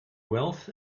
wealth